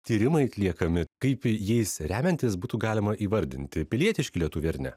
tyrimai atliekami kaip jais remiantis būtų galima įvardinti pilietiški lietuviai ar ne